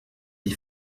les